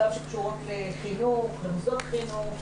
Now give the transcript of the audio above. גם שקשורות לחינוך, למוסדות חינוך,